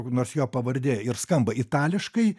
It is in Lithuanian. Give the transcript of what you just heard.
nors jo pavardė ir skamba itališkai